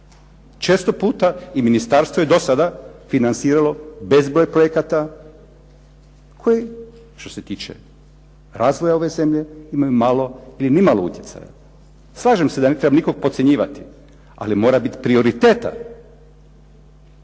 Često puta i ministarstvo je do sada financiralo bezbroj projekata koji što se tiče razvoja ove zemlje imaju malo ili nimalo utjecaja. Slažem se da ne treba nikoga podcjenjivati ali mora biti prioriteta.